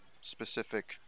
specific